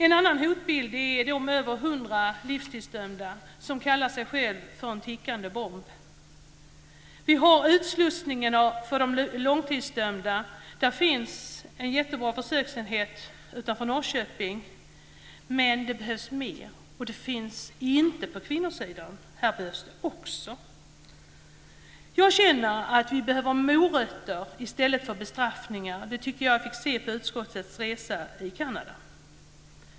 En annan hotbild är de över 100 livstidsdömda som kallar sig själva för en tickande bomb. Vi har utslussningen för de långtidsdömda. Det finns en jättebra försöksenhet utanför Norrköping. Men det behövs mer. Och det finns inte på kvinnosidan. Det behövs också. Jag känner att vi behöver morötter i stället för bestraffningar. Det tycker jag att vi fick se på utskottets resa till Kanada.